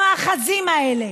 במאחזים האלה,